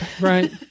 Right